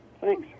Thanks